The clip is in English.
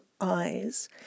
eyes